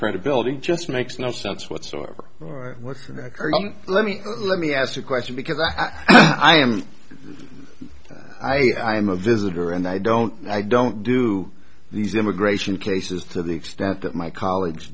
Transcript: credibility just makes no sense whatsoever let me let me ask the question because i i am i i am a visitor and i don't i don't do these immigration cases to the extent that my colle